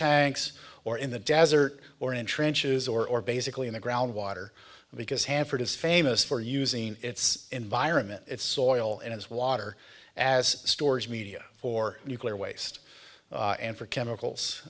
tanks or in the desert or in trenches or basically in the groundwater because hanford is famous for using its environment its soil and his water as storage media for nuclear waste and for chemicals